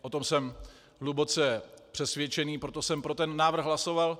O tom jsem hluboce přesvědčený, proto jsem pro ten návrh hlasoval.